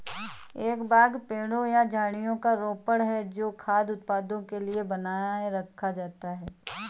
एक बाग पेड़ों या झाड़ियों का रोपण है जो खाद्य उत्पादन के लिए बनाए रखा जाता है